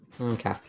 okay